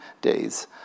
days